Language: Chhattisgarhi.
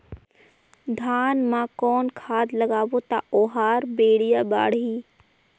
धान मा कौन खाद लगाबो ता ओहार बेडिया बाणही?